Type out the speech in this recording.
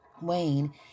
Wayne